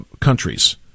countries